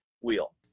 wheel